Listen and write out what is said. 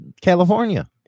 California